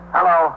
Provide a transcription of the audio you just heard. Hello